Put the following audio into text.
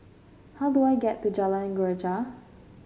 how do I get to Jalan Greja